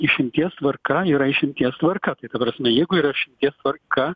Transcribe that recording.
išimties tvarka yra išimties tvarka tai ta prasme jeigu yra išimties tvarka